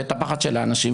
ואת הפחד של אנשים.